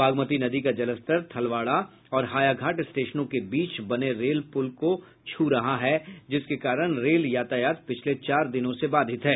बागमती नदी का जलस्तर थलवारा और हयाघाट स्टेशनों के बीच बने रेल के पुल को छू रहा है जिसके कारण रेल यातायात पिछले चार दिनों से बाधित है